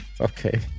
Okay